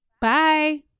Bye